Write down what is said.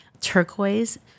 turquoise